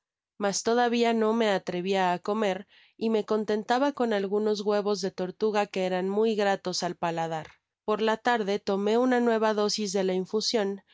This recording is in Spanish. mas todavia no me atrevia á comer y me contentaba con algunos huevos de tortuga que eran muy gratos al paladar por la tarde tomé una nueva dosis de la infusion